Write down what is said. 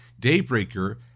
Daybreaker